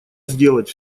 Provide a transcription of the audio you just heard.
сделать